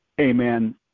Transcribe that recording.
Amen